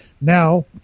Now